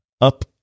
up